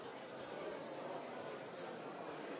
står jeg